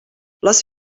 les